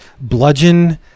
Bludgeon